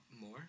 more